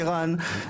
שרן,